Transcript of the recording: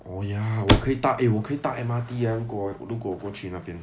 oh ya 我可以搭 eh 我可以搭 M_R_T eh 如果我如果我过去那边